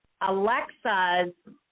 Alexa's